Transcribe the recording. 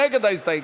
מי נגד ההסתייגות?